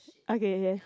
okay yes